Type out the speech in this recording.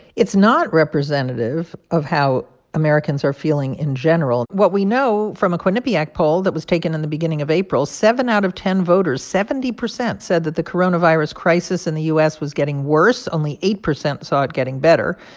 it's not representative of how americans are feeling in general. what we know from a quinnipiac poll that was taken in the beginning of april, seven out of ten voters seventy percent said that the coronavirus crisis in the u s. was getting worse. only eight percent saw it getting better.